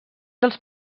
dels